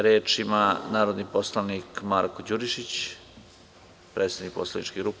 Reč ima narodni poslanik Marko Đurišić, predstavnik poslaničke grupe.